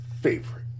favorite